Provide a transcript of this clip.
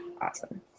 Awesome